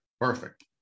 Perfect